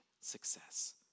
success